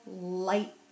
light